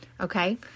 Okay